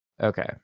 Okay